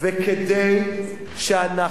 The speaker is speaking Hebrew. וכדי שאנחנו,